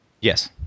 Yes